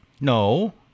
No